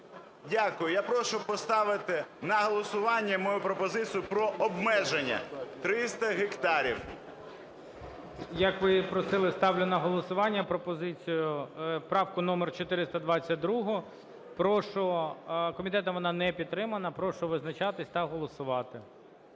Дякую. Я прошу поставити на голосування мою пропозицію про обмеження 300 гектарів. ГОЛОВУЮЧИЙ. Як ви і просили, ставлю на голосування пропозицію, правку номер 422. Прошу… Комітетом вона не підтримана. Прошу визначатись та голосувати.